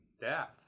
death